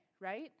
Right